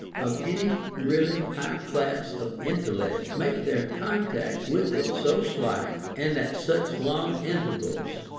of any really high class of intellect, make their contact with it so slight, and at such long intervals,